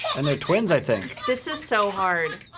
and they're twins, i think. this is so hard.